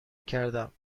کردم